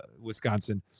Wisconsin